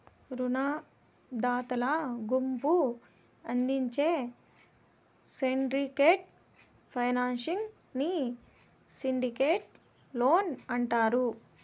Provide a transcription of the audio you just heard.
రునదాతల గుంపు అందించే సిండికేట్ ఫైనాన్సింగ్ ని సిండికేట్ లోన్ అంటారు